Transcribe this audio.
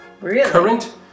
current